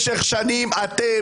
תודה רבה.